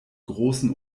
großen